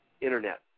Internet